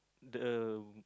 the